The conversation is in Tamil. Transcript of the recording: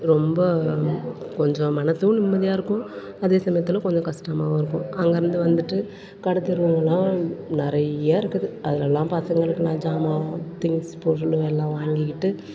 ரொம்ப கொஞ்சோம் மனசும் நிம்மதியாக இருக்கும் அதே சமயத்தில் கொஞ்சோம் கஷ்டமாவும் இருக்கும் அங்கேருந்து வந்துட்டு கடை தெருவுங்கள்லாம் நிறையா இருக்குது அதெலலாம் பசங்களுக்கு நான் ஜாமான் வாங்கணும் திங்க்ஸ் பொருளெல்லாம் வாங்கிக்கிட்டு